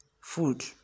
food